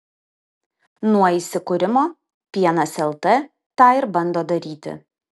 nuo įsikūrimo pienas lt tą ir bando daryti